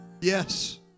Yes